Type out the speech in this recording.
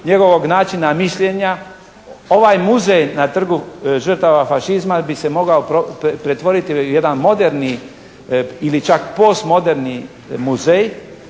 njegovog načina mišljenja. Ovaj muzej na Trgu žrtava fašizma bi se mogao pretvoriti u jedan moderni ili čak postmoderni muzej